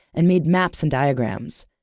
and made maps and diagrams.